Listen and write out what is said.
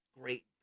Great